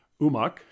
Umak